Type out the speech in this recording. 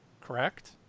correct